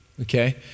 Okay